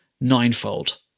ninefold